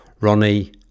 Ronnie